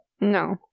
No